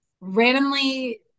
randomly